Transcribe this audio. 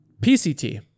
PCT